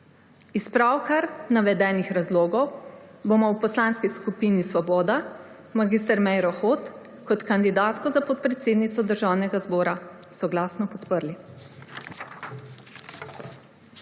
Iz pravkar navedenih razlogov bomo v poslanski skupini Svoboda mag. Meiro Hot kot kandidatko za podpredsednico Državnega zbora soglasno podprli.